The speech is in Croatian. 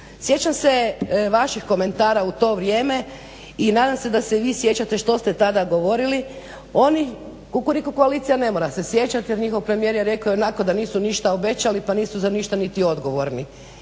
Sjećam se vaših komentara u to vrijeme i nadam se da se i vi sjećate što ste tada govorili. Oni, Kukuriku koalicija ne mora se sjećati jer njihov premijer je rekao ionako da nisu ništa obećali pa nisu za ništa niti odgovorni.